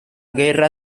guerra